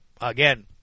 again